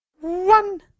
one